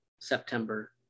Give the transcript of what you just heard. September